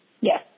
Yes